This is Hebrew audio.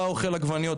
אתה אוכל עגבניות,